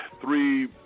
three